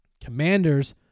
Commanders